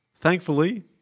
Thankfully